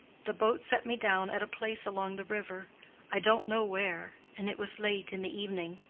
the boat set me down at a place along the river i don't know where and it was late in the evening.